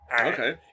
Okay